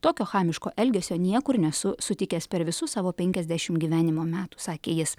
tokio chamiško elgesio niekur nesu sutikęs per visus savo penkiasdešim gyvenimo metų sakė jis